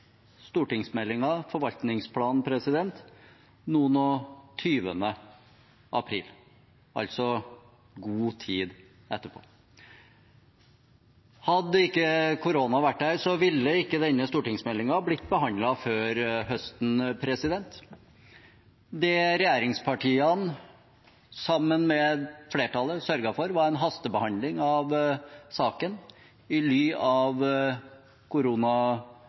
forvaltningsplanen, den 24. april, altså i god tid etterpå. Hadde ikke koronaen vært der, ville ikke denne stortingsmeldingen blitt behandlet før til høsten. Det regjeringspartiene sammen med flertallet sørget for, var en hastebehandling av saken i ly av